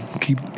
keep